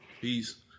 Peace